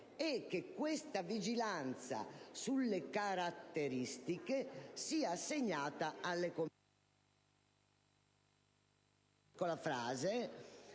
e che la vigilanza sulle caratteristiche sia assegnata alle Commissioni